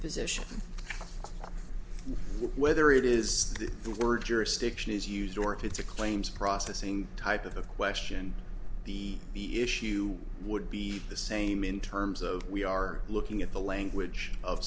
position whether it is the word jurisdiction is used or if it's a claims processing type of question the issue would be the same in terms of we are looking at the language of